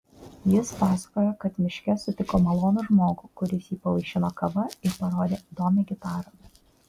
jis pasakojo kad miške sutiko malonų žmogų kuris jį pavaišino kava ir parodė įdomią gitarą